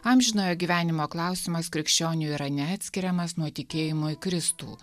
amžinojo gyvenimo klausimas krikščionių yra neatskiriamas nuo tikėjimo į kristų